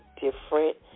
different